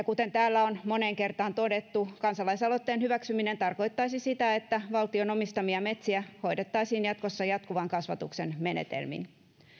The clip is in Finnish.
kuten täällä on moneen kertaan todettu kansalaisaloitteen hyväksyminen tarkoittaisi sitä että valtion omistamia metsiä hoidettaisiin jatkossa jatkuvan kasvatuksen menetelmin